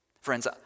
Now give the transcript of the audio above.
Friends